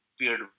weird